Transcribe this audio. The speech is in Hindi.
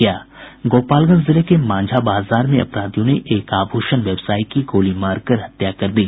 गोपालगंज जिले के मांझा बाजार में अपराधियों ने एक आभूषण व्यवसायी की गोली मारकर हत्या कर दी